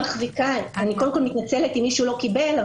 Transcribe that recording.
אני מתנצלת אם מישהו לא קיבל,